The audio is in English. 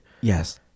Yes